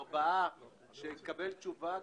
ארבעה ימים שנקבל תשובה,